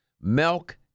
milk